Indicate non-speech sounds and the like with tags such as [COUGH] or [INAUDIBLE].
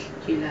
[BREATH]